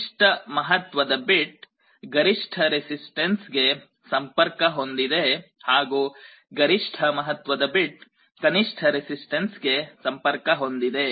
ಕನಿಷ್ಠ ಮಹತ್ವದ ಬಿಟ್ ಗರಿಷ್ಠ ರೆಸಿಸ್ಟನ್ಸ್ ಗೆ ಸಂಪರ್ಕ ಹೊಂದಿದೆ ಹಾಗೂ ಗರಿಷ್ಠ ಮಹತ್ವದ ಬಿಟ್ ಕನಿಷ್ಠ ರೆಸಿಸ್ಟನ್ಸ್ ಗೆ ಸಂಪರ್ಕ ಹೊಂದಿದೆ